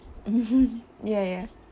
mm ya ya